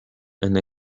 and